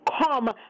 Come